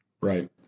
Right